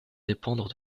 dépendre